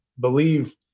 believe